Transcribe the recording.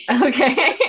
okay